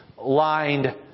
lined